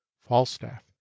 Falstaff